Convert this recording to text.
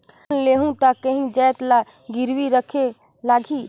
Loan लेहूं ता काहीं जाएत ला गिरवी रखेक लगही?